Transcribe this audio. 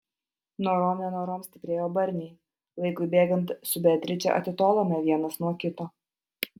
norom nenorom stiprėjo barniai laikui bėgant su beatriče atitolome vienas nuo kito